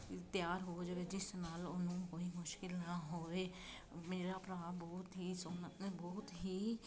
ਤਿਆਰ ਹੋ ਜਾਵੇ ਜਿਸ ਨਾਲ ਉਹਨੂੰ ਉਹੀ ਮੁਸ਼ਕਿਲ ਨਾਲ ਹੋਵੇ ਮੇਰਾ ਭਰਾ ਬਹੁਤ ਹੀ ਸੋਹਣਾ ਨੀ ਬਹੁਤ ਹੀ ਚੰਗਾ